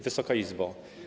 Wysoka Izbo!